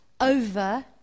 over